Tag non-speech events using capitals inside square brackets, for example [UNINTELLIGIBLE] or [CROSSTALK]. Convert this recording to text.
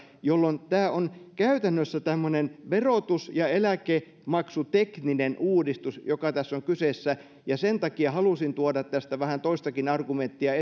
jolloin tämä on käytännössä tämmöinen verotus ja eläkemaksutekninen uudistus joka tässä on kyseessä ja sen takia halusin tuoda tästä vähän toistakin argumenttia [UNINTELLIGIBLE]